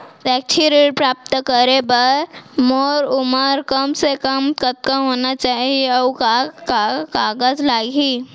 शैक्षिक ऋण प्राप्त करे बर मोर उमर कम से कम कतका होना चाहि, अऊ का का कागज लागही?